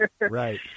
Right